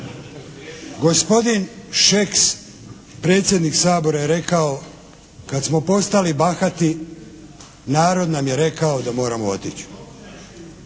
gospodin Šeks predsjednik Sabora je rekao kad smo postali bahati narod nam je rekao da moramo otići.